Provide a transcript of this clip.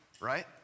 right